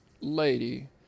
lady